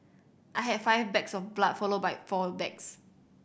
I had five bags of blood followed by four bags